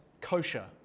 kosher